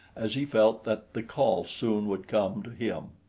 as he felt that the call soon would come to him.